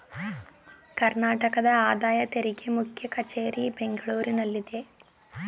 ಕರ್ನಾಟಕದ ಆದಾಯ ತೆರಿಗೆ ಮುಖ್ಯ ಕಚೇರಿ ಬೆಂಗಳೂರಿನಲ್ಲಿದೆ